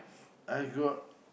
I got